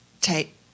take